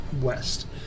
west